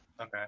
okay